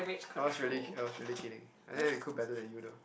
I was really I was really kidding but then I cook better than you though